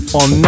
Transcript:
on